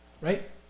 right